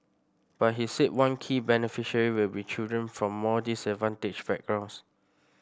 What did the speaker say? but he said one key beneficiary will be children from more disadvantaged backgrounds